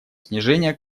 снижения